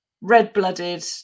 red-blooded